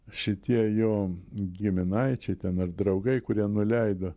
šitie jo giminaičiai ten ar draugai kurie nuleido